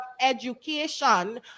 education